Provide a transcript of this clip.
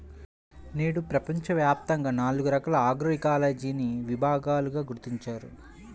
నేడు ప్రపంచవ్యాప్తంగా నాలుగు రకాల ఆగ్రోఇకాలజీని విభాగాలను గుర్తించారు